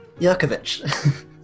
Yurkovich